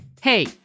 Hey